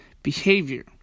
Behavior